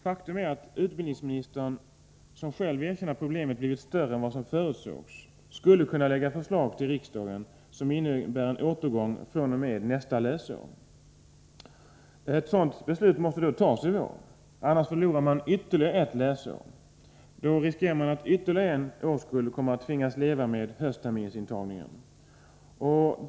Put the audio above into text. Faktum är att utbildningsministern — som själv erkänner att problemet blivit större än vad som förutsågs — skulle kunna lägga fram förslag till riksdagen som innebär en återgång till vårterminsintagning fr.o.m. nästa läsår. Ett sådant beslut måste fattas i vår. Annars förlorar man ytterligare ett läsår. Då riskerar man att ytterligare en årskull kommer att tvingas leva med höstterminsintagning.